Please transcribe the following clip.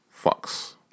fucks